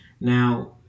Now